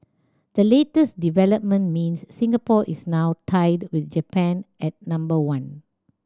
the latest development means Singapore is now tied with Japan at number one